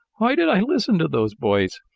why did i listen to those boys?